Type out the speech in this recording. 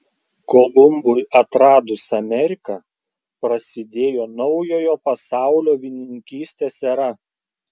kolumbui atradus ameriką prasidėjo naujojo pasaulio vynininkystės era